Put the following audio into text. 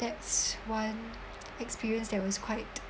that's one experience that was quite